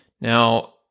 Now